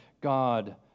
God